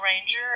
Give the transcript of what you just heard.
ranger